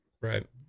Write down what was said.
right